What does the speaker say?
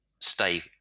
stay